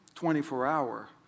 24-hour